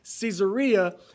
Caesarea